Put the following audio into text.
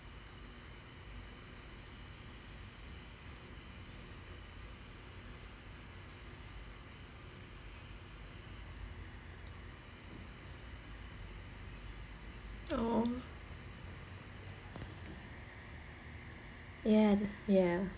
oh ya ya